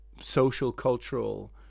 social-cultural